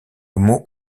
mot